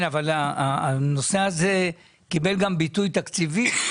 הנושא הזה קיבל גם ביטוי תקציבי,